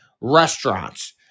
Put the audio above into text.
restaurants